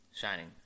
Shining